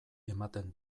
ematen